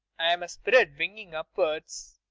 i'm a spirit winging upwards.